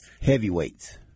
heavyweights